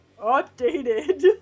updated